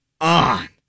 on